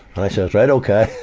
and i said, right ok.